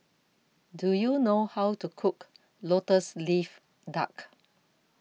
Do YOU know How to Cook Lotus Leaf Duck